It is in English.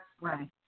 Right